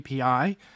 API